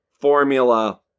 formula